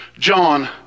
John